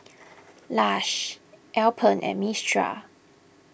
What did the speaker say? Lush Alpen and Mistral